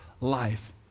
life